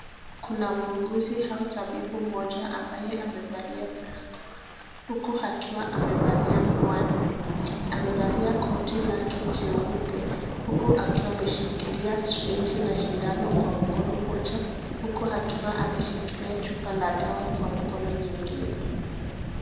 Kuna tabibu mmoja au tabibu mmoja aliyevalia barakoa huku akiwa amevalia miwani. Huku akiwa amevalia koti lake jeupe huku akiwa ameshikilia (syringe) na sindano kwa mkono mmoja huku akiwa ameshikilia chupa la dawa kwa mkono nyingine.